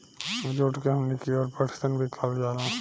जुट के हमनी कियोर पटसन भी कहल जाला